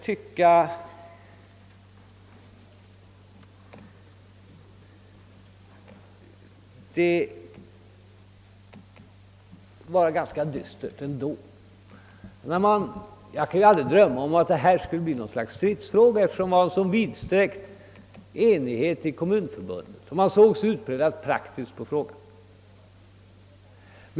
Därför var det ganska dystert — jag kunde aldrig drömma om att något sådant skulle hända när detta plötsligt blev en stridsfråga.